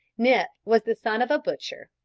nip was the son of a butcher,